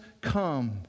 come